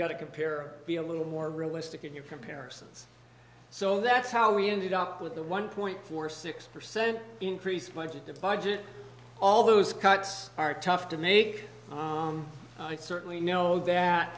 go to compare be a little more realistic in your comparisons so that's how we ended up with a one point four six percent increase by just the budget all those cuts are tough to make i certainly know